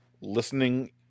listening